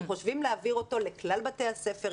אנחנו חושבים להעביר את זה לכלל בתי הספר.